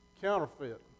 Counterfeit